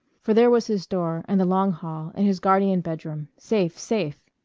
for there was his door and the long hall and his guardian bedroom safe, safe!